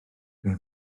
ble